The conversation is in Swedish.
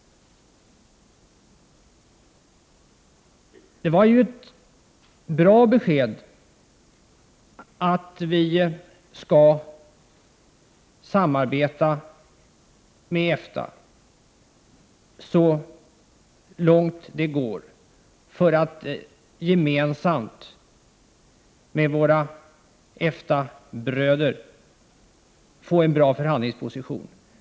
Det var ett bra besked att vi skall samarbeta med EFTA så långt det går för att gemensamt med våra EFTA-bröder få en bra förhandlingsposition.